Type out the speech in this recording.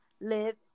live